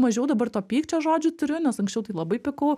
mažiau dabar to pykčio žodžiu turiu nes anksčiau tai labai pykau